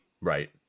right